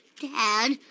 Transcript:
Dad